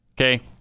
okay